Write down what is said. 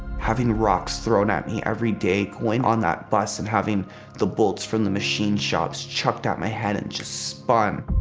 having rocks thrown at me every day. going on that bus and having the bolts from the machine shops chucked out my head and just spun.